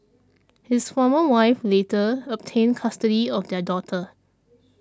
his former wife later obtained custody of their daughter